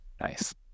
Nice